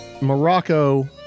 Morocco